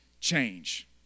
change